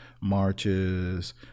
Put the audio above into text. marches